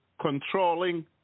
controlling